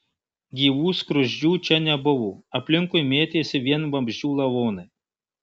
gyvų skruzdžių čia nebuvo aplinkui mėtėsi vien vabzdžių lavonai